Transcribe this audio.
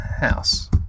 House